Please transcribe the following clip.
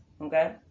okay